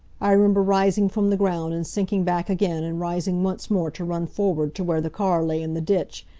i remember rising from the ground, and sinking back again and rising once more to run forward to where the car lay in the ditch,